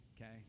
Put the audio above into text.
okay